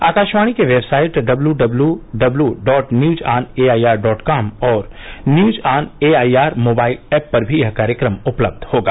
आकाशवाणी की website W W W dot news on A I R dot com और news on A I R mobile app पर भी यह कार्यक्रम उपलब्ध होगा